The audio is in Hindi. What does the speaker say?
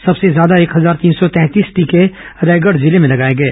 सबसे ज्यादा एक हजार तीन सौ तैंतीस टीके रायगढ़ जिले में लगाए गए